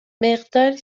مقداری